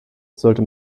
sollte